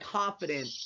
confident